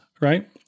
right